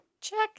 Check